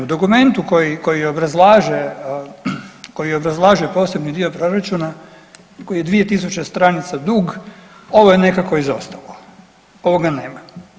Dokumentu koji obrazlaže, koji obrazlaže posebni dio proračuna koji je 2000 stranica dug, ovo je nekako izostalo, ovoga nema.